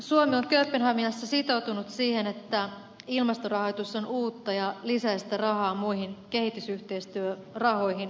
suomi on kööpenhaminassa sitoutunut siihen että ilmastorahoitus on uutta ja lisää sitä rahaa muihin kehitysyhteistyörahoihin nähden